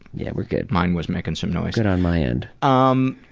yeah, we're good. mine was making some noise. good on my end. um